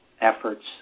efforts